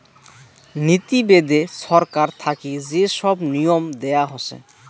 নীতি বেদে ছরকার থাকি যে সব নিয়ম দেয়া হসে